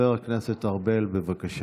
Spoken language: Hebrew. חבר הכנסת ארבל, בבקשה.